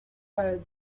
hired